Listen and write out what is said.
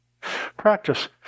Practice